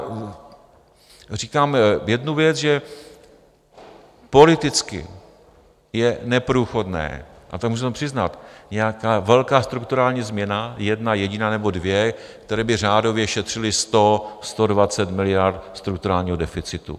Já říkám jednu věc, že politicky je neprůchodná a to můžeme přiznat nějaká velká strukturální změna, jedna jediná nebo dvě, které by řádově šetřily 100, 120 miliard strukturálního deficitu.